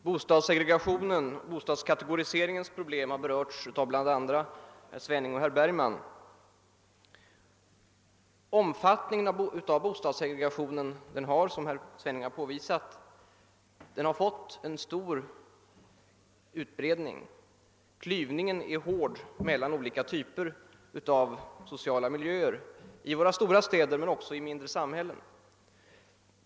Herr talman! Bostadskategoriseringens problem har berörts av bl.a. herr Svenning och herr Bergman. Bostadssegregationen har, som herr Svenning påvisat, fått en stor utbredning. Klyvningen är hård mellan olika typer av sociala miljöer i våra stora städer men också i mindre samhällen.